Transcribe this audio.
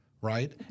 right